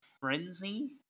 Frenzy